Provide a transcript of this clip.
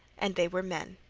and they were men.